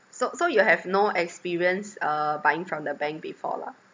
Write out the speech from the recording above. so so you have no experience uh buying from the bank before lah